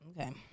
Okay